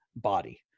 body